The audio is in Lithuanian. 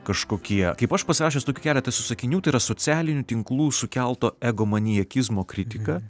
kažkokie kaip aš pasirašęs tokių keletą esu sakinių tai yra socialinių tinklų sukelto ego maniakizmo kritika